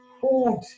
food